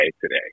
today